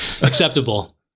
Acceptable